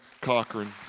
Cochran